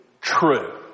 true